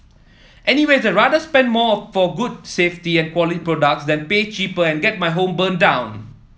anyway I'd rather spend more for good safety and quality products than pay cheaper and get my home burnt down